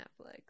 Netflix